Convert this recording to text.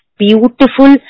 beautiful